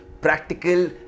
practical